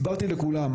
הסברתי לכולם,